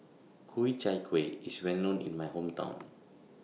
Ku Chai Kuih IS Well known in My Hometown